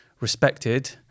respected